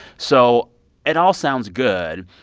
so it all sounds good.